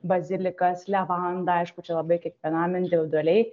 bazilikas levanda aišku čia labai kiekvienam individualiai